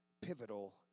pivotal